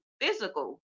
physical